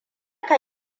ka